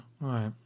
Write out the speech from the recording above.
right